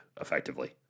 effectively